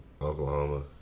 Oklahoma